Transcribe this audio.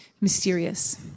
mysterious